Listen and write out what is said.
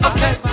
Okay